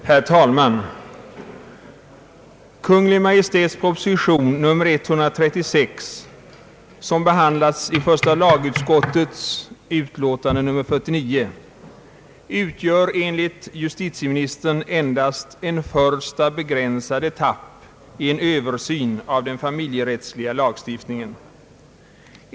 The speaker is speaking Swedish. Herr talman! Kungl. Maj:ts proposition nr 136, som behandlats i första lagutskottets utlåtande nr 49, utgör enligt justitieministern endast en första begränsad etapp i en översyn av den familjerättsliga lagstiftningen.